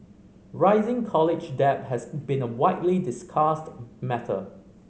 rising college debt has been a widely discussed matter